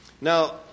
Now